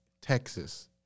Texas